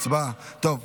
הצבעה, טוב.